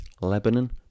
lebanon